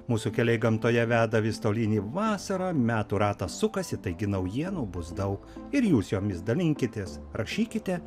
mūsų keliai gamtoje veda vis tolyn į vasarą metų ratas sukasi taigi naujienų bus daug ir jūs jomis dalinkitės rašykite